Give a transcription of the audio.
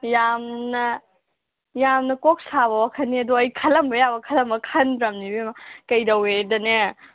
ꯌꯥꯝꯅ ꯌꯥꯝꯅ ꯀꯣꯛ ꯁꯥꯕ ꯋꯥꯈꯜꯅꯦ ꯑꯗꯣ ꯑꯩ ꯈꯜꯂꯝꯕ ꯌꯥꯕ ꯈꯜꯂꯝꯃꯒ ꯈꯟꯗ꯭ꯔꯕꯅꯦ ꯏꯕꯦꯝꯃ ꯀꯩꯗꯧꯋꯦꯗꯅꯦ